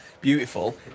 beautiful